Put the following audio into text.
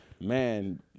Man